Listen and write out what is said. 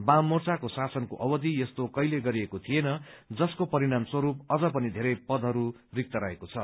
वाम मोर्चाको शासनको अवधि यस्तो कहिल्यै गरिएको थिएन जसको परिणामस्वस्तप अझ पनि बेरै पदहरू रिक्त रहेको छ